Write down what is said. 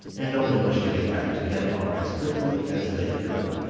and only wished to get back to denmark as quickly as they could.